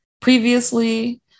previously